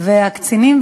הקצינים,